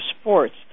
sports